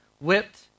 whipped